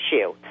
issue